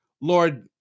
lord